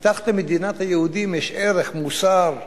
כי תחת "מדינת היהודים" יש ערך, מוסר,